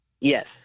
Yes